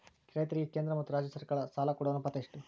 ರೈತರಿಗೆ ಕೇಂದ್ರ ಮತ್ತು ರಾಜ್ಯ ಸರಕಾರಗಳ ಸಾಲ ಕೊಡೋ ಅನುಪಾತ ಎಷ್ಟು?